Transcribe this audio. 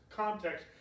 context